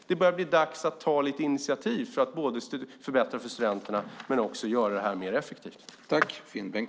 Nu börjar det bli dags att ta lite initiativ för att både förbättra för studenterna och göra det hela mer effektivt.